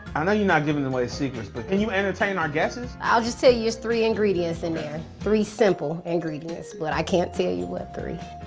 i know you not giving away secrets, but can you entertain our guesses? i'll just tell you there's three ingredients in there. three simple ingredients, but i can't tell you what three.